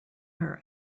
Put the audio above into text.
her